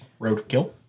Roadkill